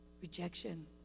rejection